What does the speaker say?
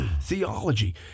theology